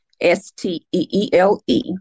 S-T-E-E-L-E